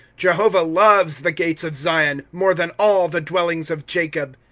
jehovah loves the gates of zion, more than all the dwellings of jacob.